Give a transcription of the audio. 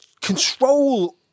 control